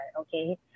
Okay